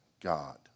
God